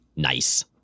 nice